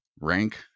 rank